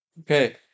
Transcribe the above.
Okay